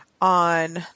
on